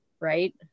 Right